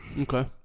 Okay